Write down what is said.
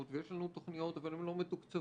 ויש לנו תכניות אבל הן לא מתוקצבות,